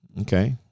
Okay